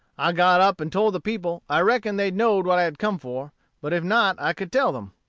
i got up and told the people i reckoned they know'd what i had come for but if not, i could tell them.